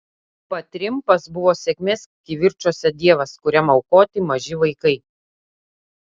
patrimpas buvo sėkmės kivirčuose dievas kuriam aukoti maži vaikai